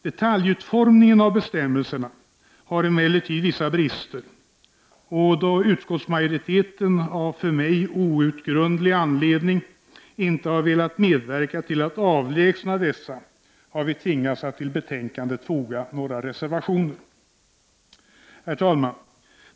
Detaljutformningen av bestämmelserna har emellertid vissa brister, och då utskottsmajoriteten av för mig outgrundlig anledning inte har velat medverka till att avlägsna dessa, har vi tvingats att till betänkandet foga några reservationer. Herr talman!